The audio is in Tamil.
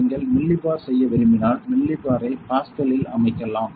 நீங்கள் மில்லிபார் செய்ய விரும்பினால் மில்லிபார்ரை பாஸ்கல்கலில் அமைக்கலாம்